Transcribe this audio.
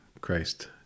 Christ